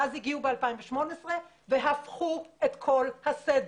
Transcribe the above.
ואז הגיעו ב-2018 והפכו את כל הסדר.